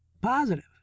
Positive